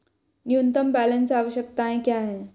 न्यूनतम बैलेंस आवश्यकताएं क्या हैं?